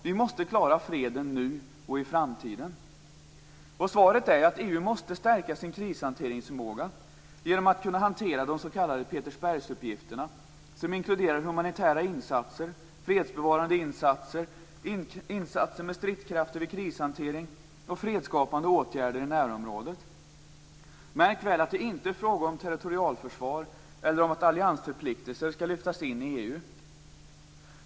Vi måste klara freden nu och i framtiden. Svaret på frågan är att EU måste stärka sin krishanteringsförmåga genom att hantera de s.k. Petersbergsuppgifterna, som inkluderar humanitära insatser, fredsbevarande insatser, insatser med stridskrafter vid krishantering och fredsskapande åtgärder i närområdet. Märk väl att det inte är fråga om territorialförsvar eller om att alliansförpliktelser skall lyftas in i EU.